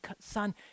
Son